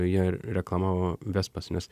jie reklamavo vespas nes